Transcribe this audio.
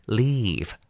leave